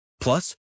Plus